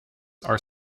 are